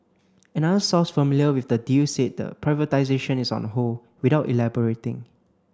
another source familiar with the deal said the privatisation is on hold without elaborating